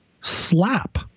slap